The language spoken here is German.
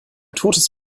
totes